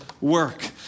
work